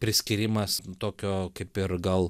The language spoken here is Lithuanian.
priskyrimas tokio kaip ir gal